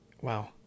Wow